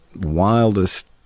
wildest